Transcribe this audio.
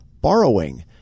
borrowing